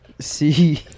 see